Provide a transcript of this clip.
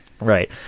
Right